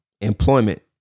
employment